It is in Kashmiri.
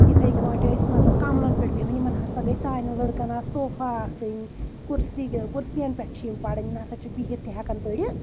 یِتھَے کٔٲٹھۍ ٲسۍ مطلب کَملَن پؠٹھ بیٚہوان یِمن ہسا گٔے سانؠن لڑکن آز سوفا آسٕنۍ کُرسیہِ کُرسِیَن پؠٹھ چھِ یِم پَران یِم ہسا چھنہٕ بِہِتھ تہِ ہؠکان پٔرِتھ